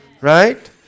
Right